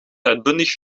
uitbundig